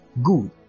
Good